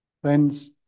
Friends